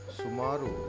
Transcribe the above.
sumaru